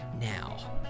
now